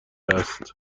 است